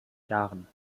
jahren